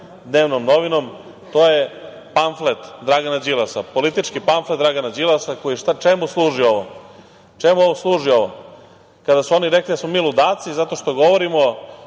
dnevnom novinom, to je pamflet Dragana Đilasa, politički pamflet Dragana Đilasa. Čemu služi ovo? Čemu ovo služi, kada su oni rekli da smo mi ludaci zato što govorimo